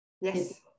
yes